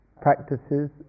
practices